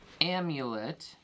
Amulet